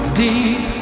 deep